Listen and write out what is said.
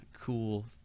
cool